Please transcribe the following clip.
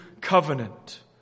covenant